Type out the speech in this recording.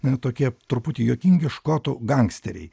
tokie truputį juokingi škotų gangsteriai